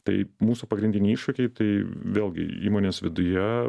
tai mūsų pagrindiniai iššūkiai tai vėlgi įmonės viduje